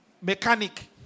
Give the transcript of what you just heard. mechanic